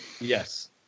Yes